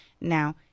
Now